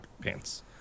pants